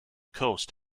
coast